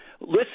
Listen